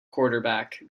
quarterback